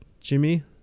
Jimmy